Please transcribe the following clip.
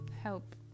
help